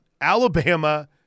Alabama